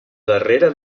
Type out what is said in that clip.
darrere